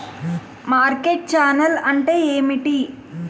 Market channel అంటే ఏమిటి?